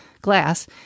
glass